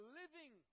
living